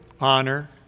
honor